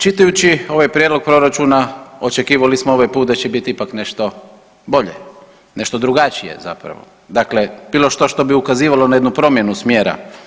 Čitajući ovaj prijedlog proračuna očekivali smo ovaj put da će biti ipak nešto bolje, nešto drugačije zapravo, dakle bilo što što bi ukazivalo na jednu promjenu smjera.